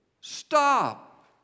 Stop